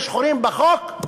יש חורים בחוק?